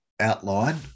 outline